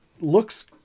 looks